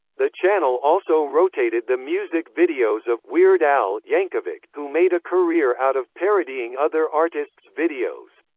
the channel also rotated the music videos of weird al yankovic, who made a career out of parodying other artists' videos.